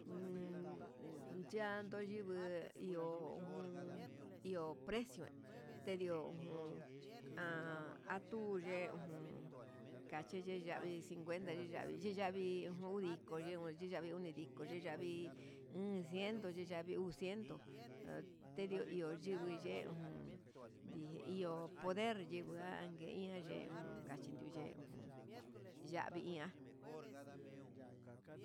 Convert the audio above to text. Uun yanduu ndunguu iho jun iho precio, tendio jun ha ateye ujun kaxchi yiyavi cincuenta yiyavi xhii yavii udiko eun yiyavi onidiko, yiyavii uun ciento yiyavi uu ciento tendio iho yingui yen, uju ndije iho onder chingan nguei iha yen jun kachini uyejun yavii iha.